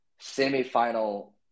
semifinal